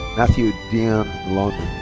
matthew dean um lonnon.